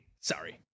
Sorry